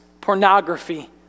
pornography